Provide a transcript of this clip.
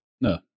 No